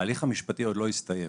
ההליך המשפטי עוד לא הסתיים.